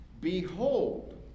Behold